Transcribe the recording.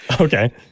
Okay